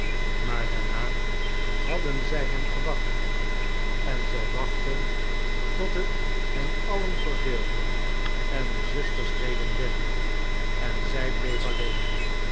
maar daarna hadden zij hem gewacht en zij wachtten tot het hen allen verveelde en de zusters reden weg en zij bleef alleen